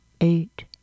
eight